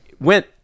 went